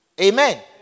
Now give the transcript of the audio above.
amen